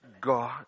god